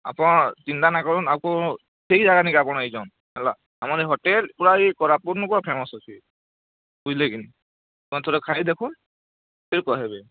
ଆପଣ୍ ଚିନ୍ତା ନାଇଁ କରୁନ୍ ଆଉ କୋ ଠିକ୍ ଜାଗାନେ କେ ଆପଣ୍ ଆଇଛନ୍ ହେଲା ଆମର ଏଇ ହୋଟେଲ୍ ପୂରା ଏଇ କୋରାପୁଟ୍ନୁ ଫେମସ୍ ଅଛି ବୁଝିଲେକି ଆପଣ୍ ଥରେ ଖାଇ ଦେଖୁନ୍ ଫେର୍ କହେବେ